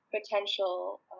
potential